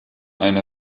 eine